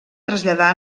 traslladar